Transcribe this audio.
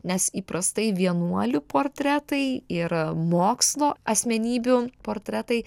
nes įprastai vienuolių portretai ir mokslo asmenybių portretai